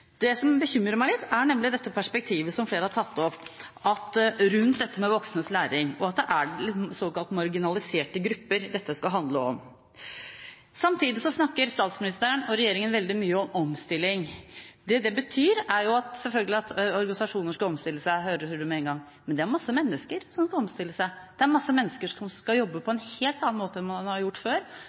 Det som bekymrer meg litt, er nemlig det perspektivet som flere har tatt opp, at rundt dette med voksnes læring er det såkalt marginaliserte grupper det skal handle om. Samtidig snakker statsministeren og regjeringen veldig mye om omstilling. Det det betyr, er selvfølgelig at organisasjoner skal omstille seg – det hører man med en gang. Men det er masse mennesker som skal omstille seg. Det er masse mennesker som skal jobbe på en helt annen måte enn man har gjort før,